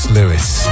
Lewis